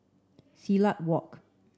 Silat Walk